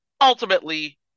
ultimately